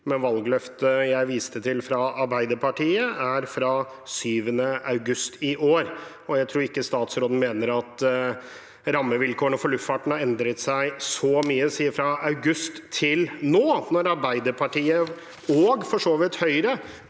Men valgløftet jeg viste til fra Arbeiderpartiet, er fra 7. august i år, og jeg tror ikke statsråden mener at rammevilkårene for luftfarten har endret seg så mye fra august til nå, da Arbeiderpartiet, og for så vidt Høyre,